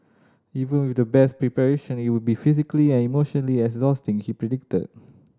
even with the best preparation it will be physically and emotionally exhausting he predicted